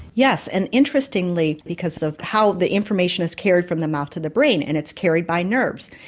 yes, and interestingly, because of how the information is carried from the mouth to the brain and it's carried by nerves,